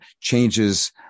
changes